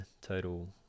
total